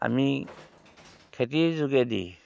আমি খেতিৰ যোগেদি